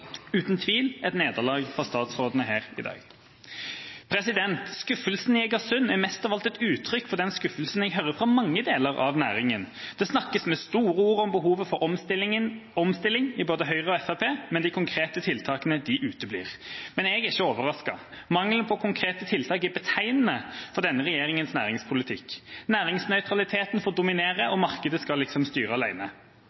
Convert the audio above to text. uten tvil et nederlag for statsrådene her i dag. Skuffelsen i Egersund er mest av alt et uttrykk for den skuffelsen jeg hører fra mange deler av næringen. Det snakkes i store ord, i både Høyre og Fremskrittspartiet, om behovet for omstilling, men de konkrete tiltakene uteblir. Men jeg er ikke overrasket. Mangelen på konkrete tiltak er betegnende for denne regjeringas næringspolitikk. Næringsnøytraliteten får dominere, og